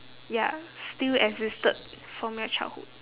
ya still existed from your childhood